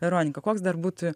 veronika koks dar būtų